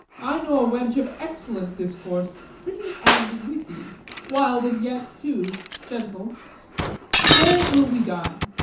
i know a wench of excellent discourse, pretty and witty wild, and yet, too, gentle there will we dine.